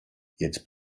jetzt